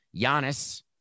Giannis